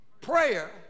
prayer